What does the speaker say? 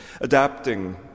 Adapting